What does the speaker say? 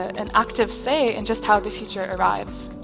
an active say in just how the future arrives.